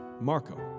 Marco